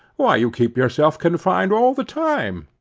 why you keep yourself confined all the time!